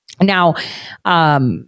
Now